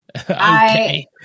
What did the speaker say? Okay